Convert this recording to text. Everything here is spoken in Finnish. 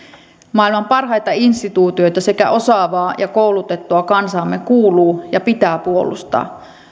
maailman parhaita instituutioita sekä osaavaa ja koulutettua kansaamme kuuluu ja pitää puolustaa